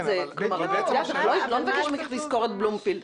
לא נבקש ממך לשכור את בלומפילד,